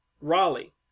Raleigh